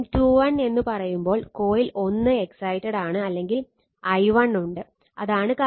M21 എന്ന് പറയുമ്പോൾ coil 1 excited ആണ് അല്ലെങ്കിൽ i 1 ഉണ്ട് അതാണ് കാര്യം